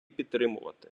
підтримувати